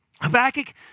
Habakkuk